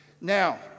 Now